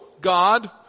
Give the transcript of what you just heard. God